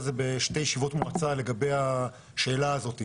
זה בשתי ישיבות מועצה לגבי השאלה הזאת,